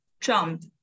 trump